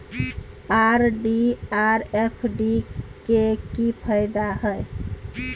RD R FD के की फायदा हय?